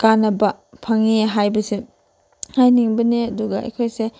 ꯀꯥꯟꯅꯕ ꯐꯪꯉꯦ ꯍꯥꯏꯕꯁꯦ ꯍꯥꯏꯅꯤꯡꯕꯅꯦ ꯑꯗꯨꯒ ꯑꯩꯈꯣꯏꯁꯦ